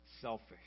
selfish